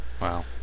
wow